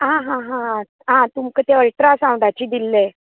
आं हां हां आं तुमका तें अलट्रासांव्डाची दिल्ले